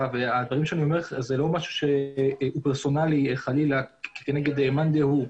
והדברים שאני אומר זה לא משהו פרסונלי חלילה כנגד מאן דהו,